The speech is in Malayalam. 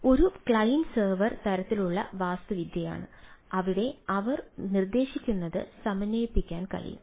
അതിനാൽ ഒരു ക്ലയന്റ് സെർവർ തരത്തിലുള്ള വാസ്തുവിദ്യയുണ്ട് അവിടെ അവർ നിർദ്ദേശിക്കുന്നത് സമന്വയിപ്പിക്കാൻ കഴിയും